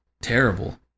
terrible